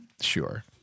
Sure